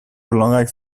belangrijk